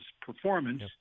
performance